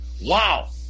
Wow